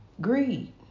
greed